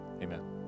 amen